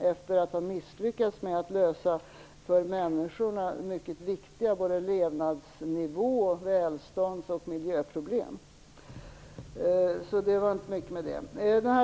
efter att den har misslyckats med att lösa för människorna mycket viktiga levnadsnivå-, välstånds och miljöproblem. Det var alltså inte mycket bevänt med det.